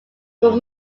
were